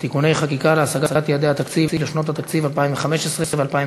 (תיקוני חקיקה להשגת יעדי התקציב לשנות התקציב 2015 ו-2016),